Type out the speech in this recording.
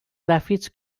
gràfics